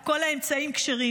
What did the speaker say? כל האמצעים כשרים,